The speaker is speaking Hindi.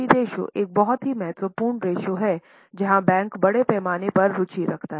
रेश्यो एक बहुत ही महत्वपूर्ण रेश्यो है जहां बैंकर बड़े पैमाने पर रुचि रखता हैं